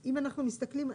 ואם אנחנו מסתכלים,